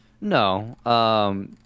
No